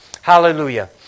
Hallelujah